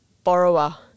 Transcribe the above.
borrower